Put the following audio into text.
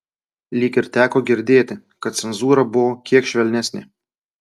lyg ir teko girdėti kad cenzūra buvo kiek švelnesnė